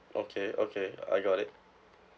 okay okay I got it